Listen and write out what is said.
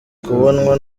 kubonwa